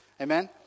Amen